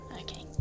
Okay